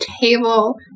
table